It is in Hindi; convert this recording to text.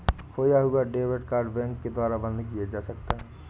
खोया हुआ डेबिट कार्ड बैंक के द्वारा बंद किया जा सकता है